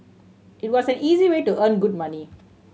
it was an easy way to earn good money